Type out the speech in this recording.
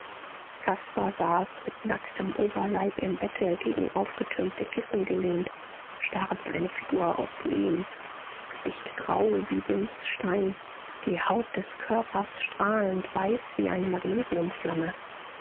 caspar saß mit nacktem oberleib im bette gegen aufgetürmte kissen gelehnt starr wie eine figur aus lehm das gesicht grau wie bimsstein die haut des körpers strahlend weiß wie eine